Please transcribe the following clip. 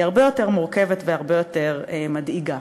היא הרבה יותר מורכבת והרבה יותר מדאיגה.